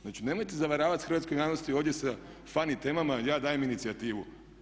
Znači nemojte zavaravati hrvatsku javnost ovdje sa funny temama ja dajem inicijativu.